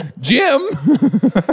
Jim